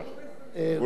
חבר הכנסת בר-און.